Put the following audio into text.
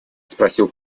спросил